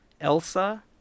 Elsa